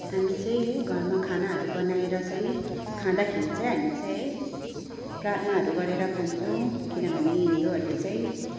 हामी चाहिँ घरमा खानाहरू बनाएर चाहिँ खाँदाखेरि चाहिँ हामी चाहिँ है प्रार्थनाहरू गरेर खान्छौँ किनभने हिन्दूहरूले चाहिँ